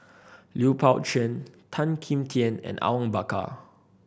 Lui Pao Chuen Tan Kim Tian and Awang Bakar